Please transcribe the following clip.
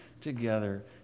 together